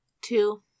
Two